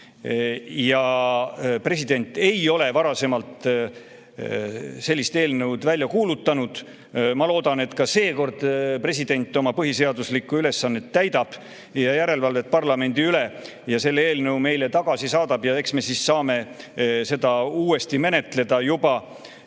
President ei ole varem sellist eelnõu välja kuulutanud. Ma loodan, et ka seekord president oma põhiseaduslikku ülesannet täidab ja järelevalvet parlamendi üle teeb ning selle eelnõu meile tagasi saadab. Eks me siis saame seda uuesti menetleda juba